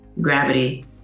gravity